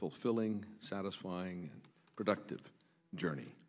fulfilling satisfying productive journey